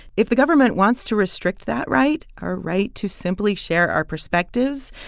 if the government wants to restrict that right, our right to simply share our perspectives,